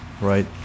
Right